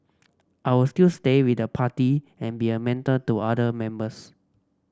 I'll still stay with the party and be a mentor to other members